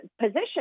position